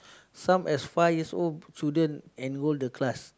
some as five years old student enrol the class